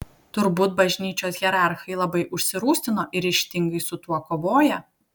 turbūt bažnyčios hierarchai labai užsirūstino ir ryžtingai su tuo kovoja